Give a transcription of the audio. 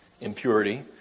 impurity